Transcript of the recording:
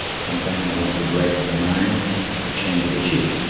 sometimes i want to break the mind and change the chip,